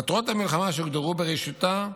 מטרות המלחמה שהוגדרו בראשיתה,